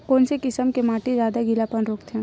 कोन से किसम के माटी ज्यादा गीलापन रोकथे?